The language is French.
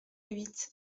huit